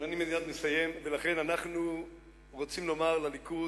ולכן אנחנו רוצים לומר לליכוד: